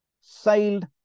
sailed